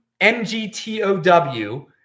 MGTOW